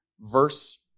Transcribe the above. verse